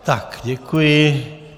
Tak děkuji.